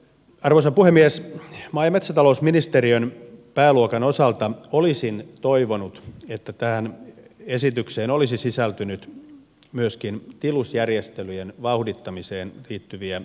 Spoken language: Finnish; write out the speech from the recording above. maa ja metsätalousministeriön pääluokan osalta olisin toivonut että tähän esitykseen olisi sisältynyt myöskin tilusjärjestelyjen vauhdittamiseen liittyviä määrärahoja